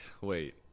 wait